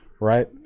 Right